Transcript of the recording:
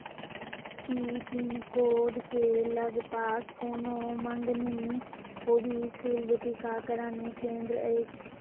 की पिनकोडके लग पास कोनो मङ्गनी कोविशील्ड टीकाकरण केन्द्र अछि